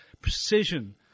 precision